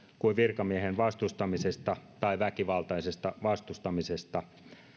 kuin virkamiehen vastustamisesta tai väkivaltaisesta vastustamisesta